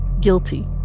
Guilty